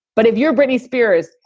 but if you're britney spears,